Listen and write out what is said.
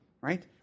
right